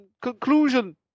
conclusion